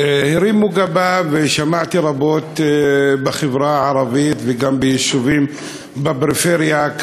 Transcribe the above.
והרימו גבה ושמעתי רבות בחברה הערבית וגם ביישובים בפריפריה,